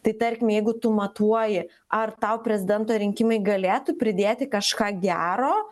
tai tarkim jeigu tu matuoji ar tau prezidento rinkimai galėtų pridėti kažką gero